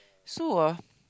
so ah